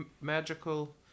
magical